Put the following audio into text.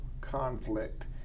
conflict